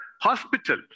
hospital